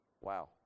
Wow